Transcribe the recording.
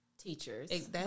teachers